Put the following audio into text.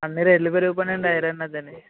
అన్నీ రేట్లు పెరిగిపోయాయండి ఐరన్ అదీ